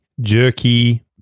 jerky